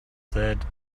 that